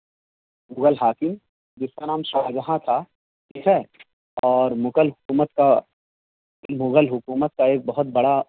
مغل حاکم جس کا نام شاہ جہاں تھا ٹھیک ہے اور مغل حکومت کا مغل حکومت کا ایک بہت بڑا